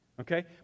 okay